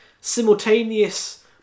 simultaneous